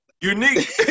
Unique